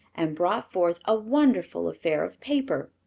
and brought forth a wonderful affair of paper.